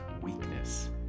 weakness